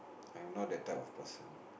I'm not that type of person